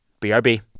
BRB